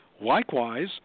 Likewise